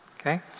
Okay